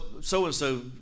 so-and-so